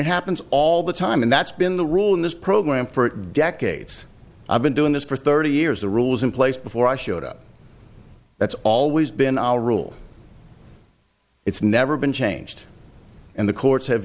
it happens all the time and that's been the rule in this program for decades i've been doing this for thirty years the rules in place before i showed up that's always been our rule it's never been changed and the courts have